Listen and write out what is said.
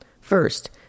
First